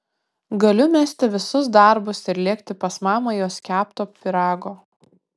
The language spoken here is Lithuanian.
galiu mesti visus darbus ir lėkti pas mamą jos kepto pyrago